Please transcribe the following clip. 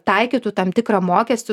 taikytų tam tikrą mokestį